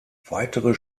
weitere